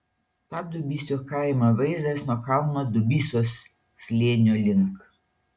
padubysio kaimo vaizdas nuo kalno dubysos slėnio link